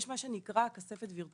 יש מה שנקרא תוספת וירטואלית.